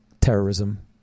terrorism